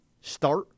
start